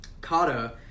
kata